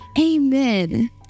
amen